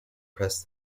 pressed